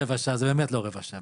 "רבע שעה" זה באמת לא רבע שעה,